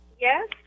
Yes